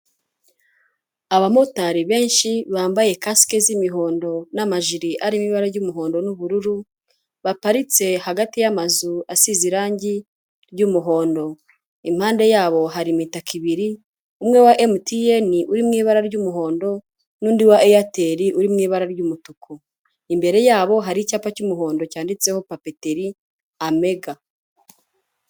Abamotari benshi bambaye kasike z'imihondo n'amajiri arimo ibara ry'umuhondo n'ubururu, baparitse hagati y'amazu asize irangi ry'umuhondo, impande yabo hari imitaka ibiri, umwe wa MTN uri mu ibara ry'umuhondo n'undi wa Airtel uri mu ibara ry'umutuku, imbere yabo hari icyapa cy'umuhondo cyanditseho Papeteri amega.